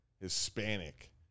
Hispanic